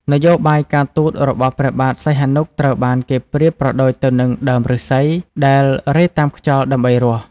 នយោបាយការទូតរបស់ព្រះបាទសីហនុត្រូវបានគេប្រៀបប្រដូចទៅនឹង "ដើមប្ញស្សី" ដែលរេតាមខ្យល់ដើម្បីរស់។